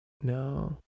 no